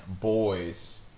boys